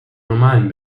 normalen